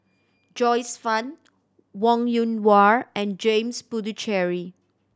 Joyce Fan Wong Yoon Wah and James Puthucheary